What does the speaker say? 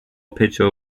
pitcher